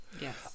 Yes